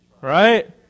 Right